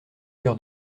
cœur